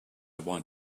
want